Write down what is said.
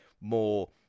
more